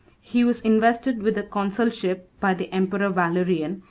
he was invested with the consulship by the emperor valerian,